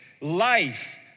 life